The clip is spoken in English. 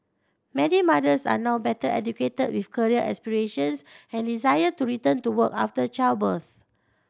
many mothers are now better educated with career aspirations and desire to return to work after childbirth